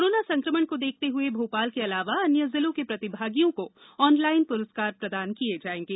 corona संकमण को देखते हुए भोपाल के अलावा अन्य जिलों के प्रतिभागियों को ऑनलाइन पुरस्कार प्रदान किये जायेंगे